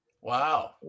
Wow